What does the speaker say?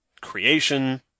creation